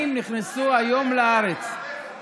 אני כאן, אני כאן.